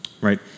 Right